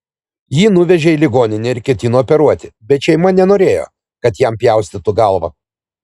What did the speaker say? jį nuvežė į ligoninę ir ketino operuoti bet šeima nenorėjo kad jam pjaustytų galvą